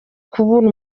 kubura